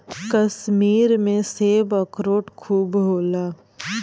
कश्मीर में सेब, अखरोट खूब होला